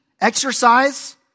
exercise